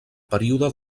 període